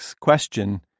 Question